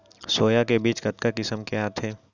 Soya के बीज कतका किसम के आथे?